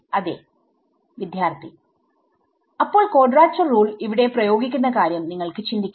അതേ അപ്പോൾ quadrature rule ഇവിടെ പ്രയോഗിക്കുന്ന കാര്യം നിങ്ങൾക്ക് ചിന്തിക്കാം